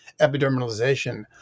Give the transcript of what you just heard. epidermalization